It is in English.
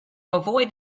avoid